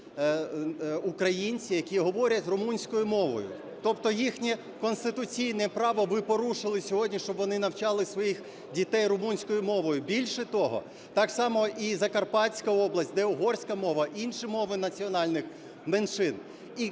українці, які говорять румунською мовою. Тобто їхнє конституційне право ви порушили сьогодні, щоб вони навчали своїх дітей румунською мовою. Більше того, так само і Закарпатська область, де угорська мова, інші мови національних меншин,